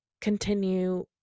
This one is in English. continue